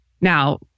Now